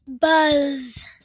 Buzz